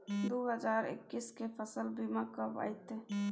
दु हजार एक्कीस के फसल बीमा कब अयतै?